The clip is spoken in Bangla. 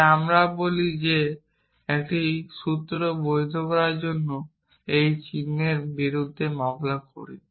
তখন আমরাও বলি যে একটি সূত্র বৈধ তা বলার জন্য আমরা এই চিহ্নের বিরুদ্ধে মামলা করি